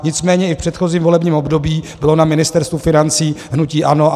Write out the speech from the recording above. Nicméně i v předchozím volebním období bylo na Ministerstvu financí hnutí ANO.